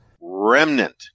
REMNANT